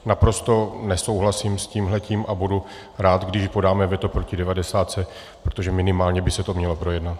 Naprosto nesouhlasím s tímhle tím a budu rád, když podáme veto proti devadesátce, protože minimálně by se to mělo projednat.